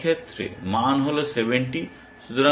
এই ক্ষেত্রে মান হল 70